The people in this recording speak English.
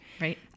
Right